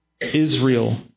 Israel